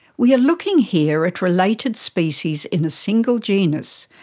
we are looking here at related species in a single genus,